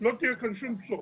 לא תהיה כאן שום בשורה.